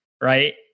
right